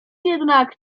jednak